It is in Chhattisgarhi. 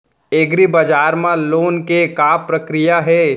एग्रीबजार मा लोन के का प्रक्रिया हे?